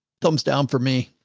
thumbs down for me.